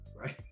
right